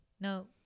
no